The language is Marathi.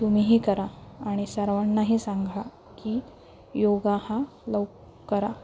तुम्हीही करा आणि सर्वांनाही सांगा की योगा हा लव करा